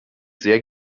sehr